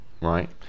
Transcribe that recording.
right